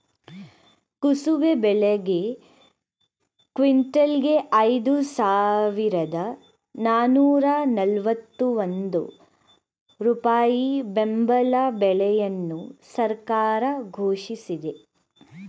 ಕುಸುಬೆ ಬೆಳೆಗೆ ಕ್ವಿಂಟಲ್ಗೆ ಐದು ಸಾವಿರದ ನಾನೂರ ನಲ್ವತ್ತ ಒಂದು ರೂಪಾಯಿ ಬೆಂಬಲ ಬೆಲೆಯನ್ನು ಸರ್ಕಾರ ಘೋಷಿಸಿದೆ